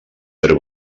verd